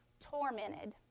tormented